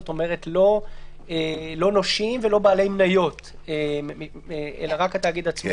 כלומר לא נושים ולא בעלי מניות אלא רק התאגיד עצמו.